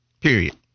period